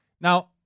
Now